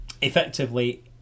effectively